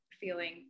feeling